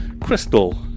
Crystal